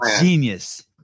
genius